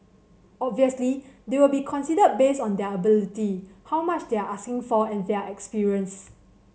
obviously they'll be considered based on their ability how much they are asking for and their experience